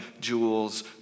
jewels